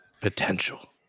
potential